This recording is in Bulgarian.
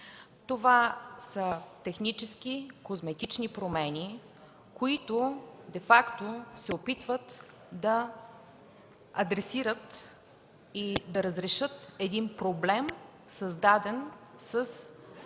Това са технически, козметични промени, които де факто се опитват да адресират и да разрешат един проблем, зададен със